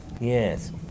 Yes